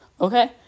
okay